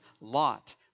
Lot